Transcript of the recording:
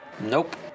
Nope